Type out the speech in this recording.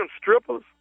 strippers